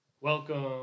Welcome